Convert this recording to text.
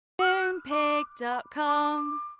Moonpig.com